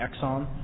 Exxon